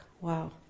wow